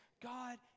God